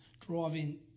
driving